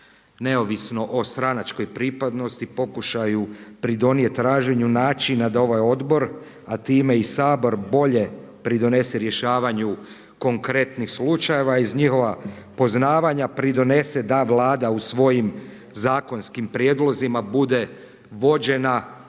neovisno o stranačkoj pripadnosti pokušaju pridonijeti traženju načina da ovaj odbor, a time i Sabor bolje pridonese rješavanju konkretnih slučajeva iz njihova poznavanja pridonese da Vlada u svojim zakonskim prijedlozima bude vođena i